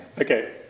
Okay